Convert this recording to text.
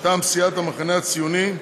מטעם סיעת המחנה הציוני,